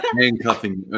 handcuffing